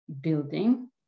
building